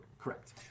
Correct